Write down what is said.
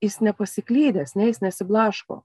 jis nepasiklydęs ne jis nesiblaško